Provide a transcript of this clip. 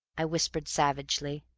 i whispered savagely.